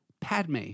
Padme